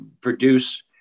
produce